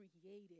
created